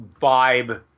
vibe